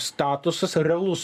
statusas ar realus